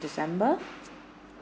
december